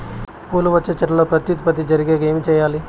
పూలు వచ్చే చెట్లల్లో ప్రత్యుత్పత్తి జరిగేకి ఏమి చేయాలి?